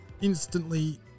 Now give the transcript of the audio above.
instantly